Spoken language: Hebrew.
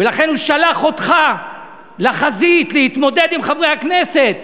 ולכן הוא שלח אותך לחזית להתמודד עם חברי כנסת.